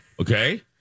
Okay